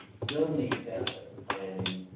still need benefits planning,